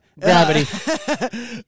Gravity